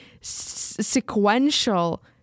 sequential